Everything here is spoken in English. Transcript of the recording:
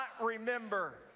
remember